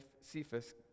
Cephas